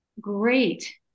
great